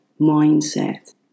mindset